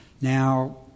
Now